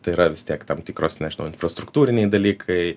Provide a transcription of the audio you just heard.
tai yra vis tiek tam tikros nežinau infrastruktūriniai dalykai